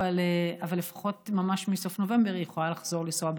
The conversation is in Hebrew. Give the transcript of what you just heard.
אבל לפחות ממש מסוף נובמבר היא יכולה לחזור לנסוע ברכבת.